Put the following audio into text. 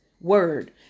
word